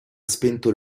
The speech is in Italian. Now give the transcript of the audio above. spento